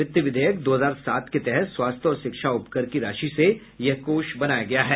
वित्त विधेयक दो हजार सात के तहत स्वास्थ्य और शिक्षा उपकर की राशि से यह कोष बनाया गया है